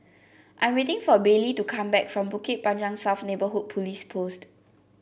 I'm waiting for Baylie to come back from Bukit Panjang South Neighbourhood Police Post